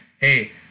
hey